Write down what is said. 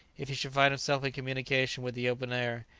if he should find himself in communication with the open air,